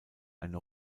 eine